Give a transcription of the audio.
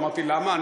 אמרתי: למה?